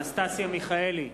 אנסטסיה מיכאלי,